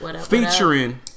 featuring